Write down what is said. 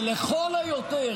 ולכל היותר,